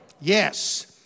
yes